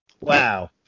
Wow